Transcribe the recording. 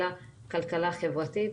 אלא כלכלה חברתית.